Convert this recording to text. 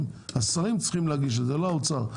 השרים צריכים להגיש את זה אבל לא האוצר.